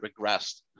regressed